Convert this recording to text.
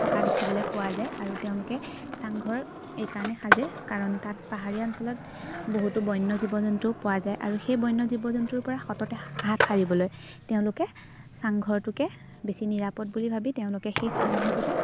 থকা দেখিবলৈ পোৱা যায় আৰু তেওঁলোকে চাংঘৰ এইকাৰণে সাজে কাৰণ তাত পাহাৰীয়া অঞ্চলত বহুতো বন্য জীৱ জন্তুও পোৱা যায় আৰু সেই বন্য জীৱ জন্তুৰপৰা সততে হাত সাৰিবলৈ তেওঁলোকে চাংঘৰটোকে বেছি নিৰাপদ বুলি ভাবি তেওঁলোকে সেই চাংঘৰটোতে